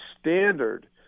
standard